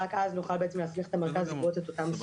רק אז נוכל בעצם להסמיך את המרכז לגבות את אותם סכומים.